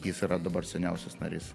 jis yra dabar seniausias narys